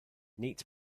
neat